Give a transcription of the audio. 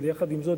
אבל יחד עם זאת,